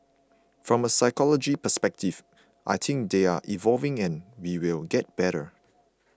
from a sociological perspective I think they are evolving and we will get better